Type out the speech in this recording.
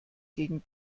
gegen